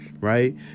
Right